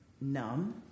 numb